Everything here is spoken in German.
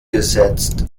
gesetzt